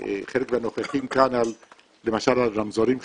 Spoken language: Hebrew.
חלק מהנוכחים כאן, למשל על רמזורים חכמים,